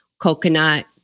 coconut